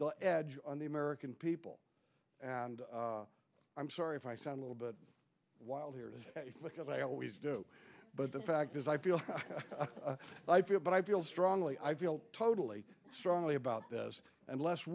the edge on the american people and i'm sorry if i sound a little bit wild here because i always do but the fact is i feel i feel but i feel strongly i feel totally strongly about this unless